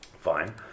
Fine